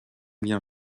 lien